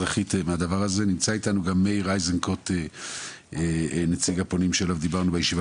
מצא איתנו גם מר מאיר אזנקוט נציג הפונים שעליו דיברנו בישיבה